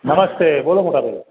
નમસ્તે બોલો મોટાભઈ